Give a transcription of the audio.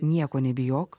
nieko nebijok